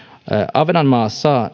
ahvenanmaa saa